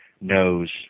knows